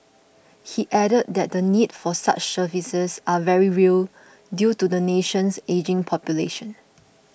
he added that the need for such services are very real due to the nation's ageing population